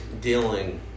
dealing